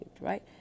right